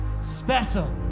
Special